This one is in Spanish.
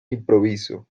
improviso